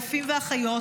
רופאים ואחיות,